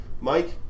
Mike